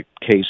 case